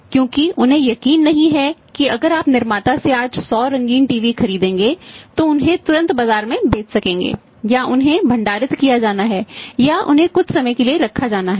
क्योंकि उन्हें यकीन नहीं है कि अगर आप निर्माता से आज 100 रंगीन टीवी खरीदेंगे तो उन्हें तुरंत बाजार में बेच सकेंगे या उन्हें भंडारित किया जाना है या उन्हें कुछ समय के लिए रखा जाना है